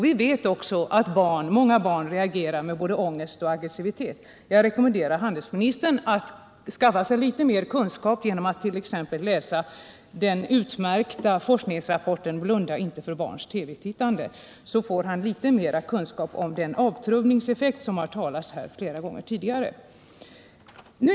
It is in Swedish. Vi vet också att många barn reagerar med både ångest och aggressivitet. Jag rekommenderar handelsministern att skaffa sig litet mer kunskap genom att t.ex. läsa den utmärkta forskningsrapporten Blunda inte för barns TV-tittande. Då får han veta mera om den avtrubbningseffekt som man talat om här flera gånger tidigare.